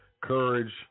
courage